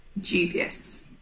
dubious